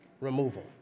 Removal